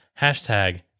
hashtag